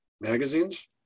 magazines